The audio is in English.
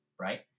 right